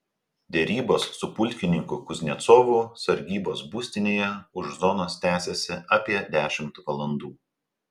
derybos su pulkininku kuznecovu sargybos būstinėje už zonos tęsėsi apie dešimt valandų